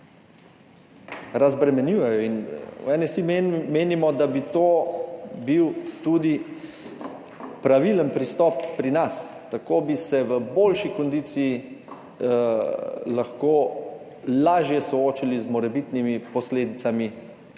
Razbremenjujejo. V NSi menimo, da bi to bil tudi pravilen pristop pri nas. Tako bi se v boljši kondiciji lahko lažje soočili z morebitnimi posledicami